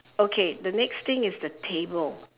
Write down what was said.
okay the next thing is the table